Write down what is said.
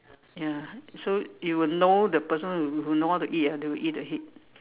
ya so you will know the person who know how to eat ah they will eat the head